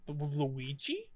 Luigi